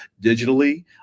digitally